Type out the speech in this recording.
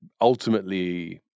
ultimately